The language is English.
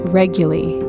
regularly